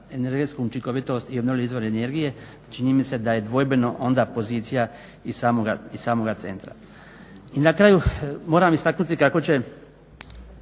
energetsku učinkovitost i obnovljive izvore energije čini mi se da je dvojbeno onda pozicija i samoga centra. I na kraju moram istaknuti kako će